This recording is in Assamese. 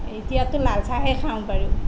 এতিয়াটো লাল চাহেই খাওঁ বাৰু